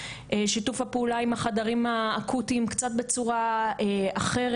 שיתוף הפעולה עם החדרים האקוטיים קצת בצורה אחרת,